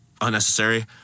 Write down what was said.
Unnecessary